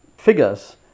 figures